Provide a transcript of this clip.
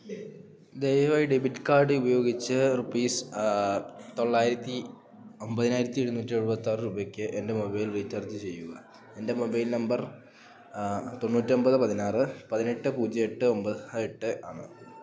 ദയവായി ഡെബിറ്റ് കാഡുപയോഗിച്ച് റുപ്പീസ് തൊള്ളായിരത്തി ഒൻപതിനായിരത്തി എഴുന്നൂറ്റി എഴുപത്താറ് രൂപയ്ക്ക് എൻറ്റെ മൊബൈൽ റീചാർജ് ചെയ്യുക എൻറ്റെ മൊബൈൽ നമ്പർ തൊണ്ണൂറ്റൊൻപത് പതിനാറ് പതിനെട്ട് പൂജ്യമെട്ട് ഒമ്പ എട്ട് ആണ്